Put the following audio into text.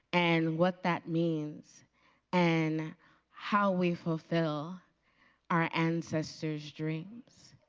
and what that means and how we fulfill our ancestor's dreams.